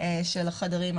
של החדרים האקוטיים.